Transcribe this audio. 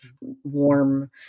warm